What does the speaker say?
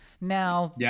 Now